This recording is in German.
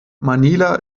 manila